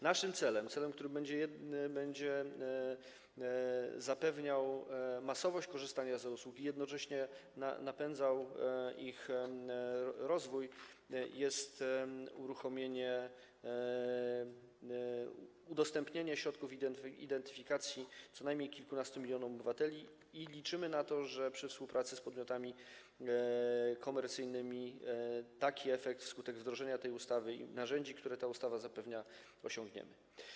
Naszym celem - celem, który będzie zapewniał masowość korzystania z e-usług i jednocześnie napędzał ich rozwój - jest udostępnienie środków identyfikacji co najmniej kilkunastu milionom obywateli i liczymy na to, że przy współpracy z podmiotami komercyjnymi taki efekt wskutek wdrożenia tej ustawy i narzędzi, które ta ustawa zapewnia, osiągniemy.